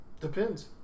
Depends